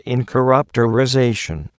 Incorruptorization